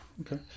okay